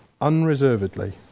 unreservedly